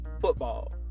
football